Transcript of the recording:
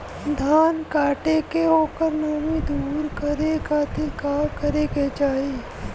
धान कांटेके ओकर नमी दूर करे खाती का करे के चाही?